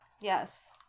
yes